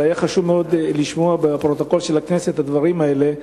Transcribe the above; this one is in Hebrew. אבל היה חשוב לשמוע את הדברים האלה,